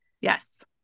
Yes